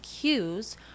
cues